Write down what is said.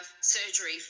surgery